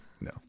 No